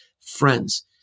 friends